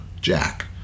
Jack